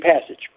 passage